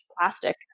plastic